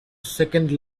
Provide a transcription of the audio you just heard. second